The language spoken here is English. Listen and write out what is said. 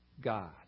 God